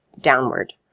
downward